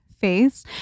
face